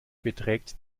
beträgt